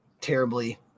terribly